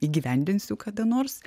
įgyvendinsiu kada nors